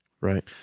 Right